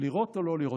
לירות או לא לירות?